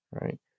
Right